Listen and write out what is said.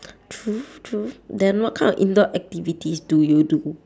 true true then what kind of indoor activities do you do